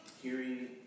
hearing